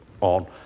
on